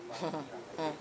mm